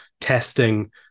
testing